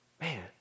Man